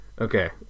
Okay